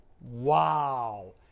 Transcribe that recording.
Wow